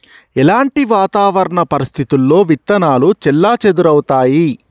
ఎలాంటి వాతావరణ పరిస్థితుల్లో విత్తనాలు చెల్లాచెదరవుతయీ?